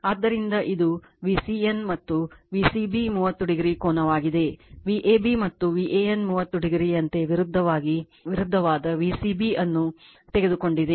ಆದ್ದರಿಂದ ಇದು VCN ಮತ್ತು V c b 30o ಕೋನವಾಗಿದೆ Vab ಮತ್ತು VAN 30o ನಂತೆ ವಿರುದ್ಧವಾದ V c b ಅನ್ನು ತೆಗೆದುಕೊಂಡಿದೆ